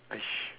!hais!